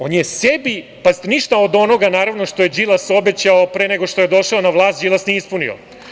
On je sebi, pazite, ništa od onoga što je Đilas obećao pre nego što je došao na vlast nije ispunio.